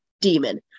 demon